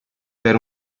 per